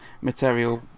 material